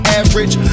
average